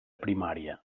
primària